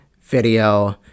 Video